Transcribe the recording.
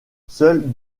seules